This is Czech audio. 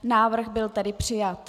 Návrh byl tedy přijat.